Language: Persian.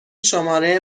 شماره